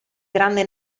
grande